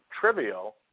trivial